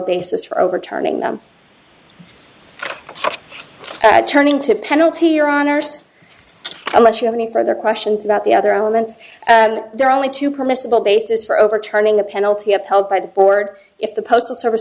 basis for overturning them at turning to penalty your honour's unless you have any further questions about the other elements there are only two permissible basis for overturning the penalty upheld by the board if the postal service